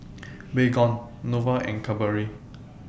Baygon Nova and Cadbury